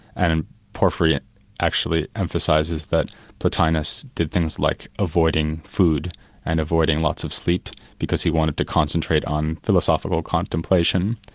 and and porphyry actually emphasises that plotinus did things like avoiding food and avoiding lots of sleep because he wanted to concentrate on philosophical contemplation.